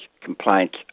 complaints